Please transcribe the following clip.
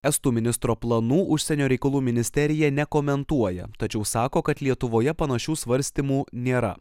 estų ministro planų užsienio reikalų ministerija nekomentuoja tačiau sako kad lietuvoje panašių svarstymų nėra